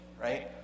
right